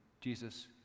Jesus